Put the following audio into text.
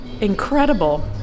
incredible